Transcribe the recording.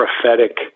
prophetic